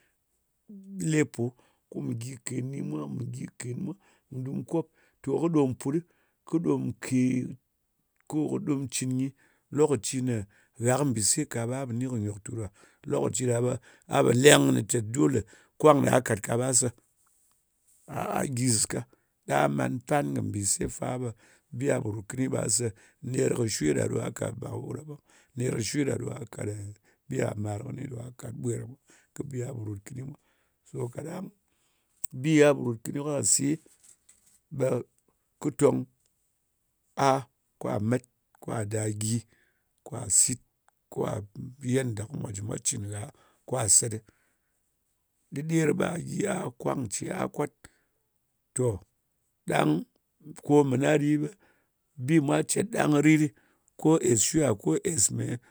Lepo. Ko mu gyi ken kɨni mwa, ko mù gyi ken mwa mu du kop. To kɨ ɗom put ɗɨ, kɨ ɗom ke, ko kɨ ɗom cɨn nyi, lokaci nè gha kɨ mbìse ka, ɓa pò ni kɨ nyòktu ɗo ɗa. Lokaci ɗa ɓa po leng kɨnɨ tè, dole, kwang na kàt ka ɓa se. A gyi zɨka. Ɗa man pan kɨ mbìse fa, ɓe bi gha pò ròt kɨni ɓa se. Ner kɨ shwe ɗa ɗo gha kàt mbàwo ɗa ɓang. Ner kɨ shwe ɗa ɗo, a kat, bi ghà màr kɨni ɗo gha kat, bi gha ɗa mwa, kɨ bi gha pò ròt kɨni mwa. To kaɗang bi gha po rot kɨni ka se, ɓe kɨ tong a, kwa met kwa ɗa gyi, kwa sit, kwa, yenda mwa jɨ mwa cɨn gha, kwa se ɗɨ. Ɗɨder ɓa gyi a, kwang ce a kwat. Tò, ɗang ko mɨna ɗɨ ɓe bi mwa cèt ɗang kɨ rit ɗɨ, ko ès shwa, ko kèn me,